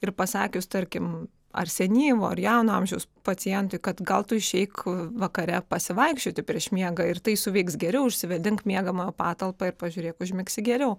ir pasakius tarkim ar senyvo ar jauno amžiaus pacientui kad gal tu išeik vakare pasivaikščioti prieš miegą ir tai suveiks geriau išsivėdink miegamojo patalpą ir pažiūrėk užmigsi geriau